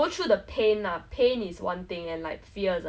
and okay I wouldn't say err I'm very confident like